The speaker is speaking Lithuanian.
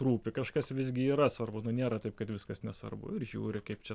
rūpi kažkas visgi yra svarbu nu nėra taip kad viskas nesvarbu ir žiūri kaip čia